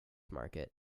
market